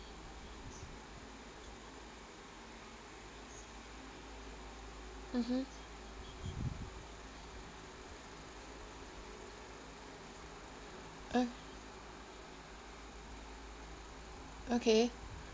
mmhmm oh okay